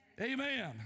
amen